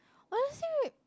honestly